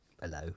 Hello